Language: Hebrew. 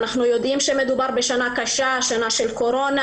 אנחנו יודעים שמדובר בשנה קשה, שנה של קורונה